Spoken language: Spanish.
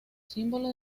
símbolo